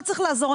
לא צריך לעזור,